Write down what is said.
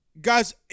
Guys